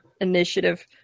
initiative